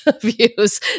views